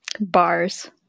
Bars